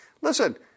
Listen